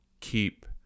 keep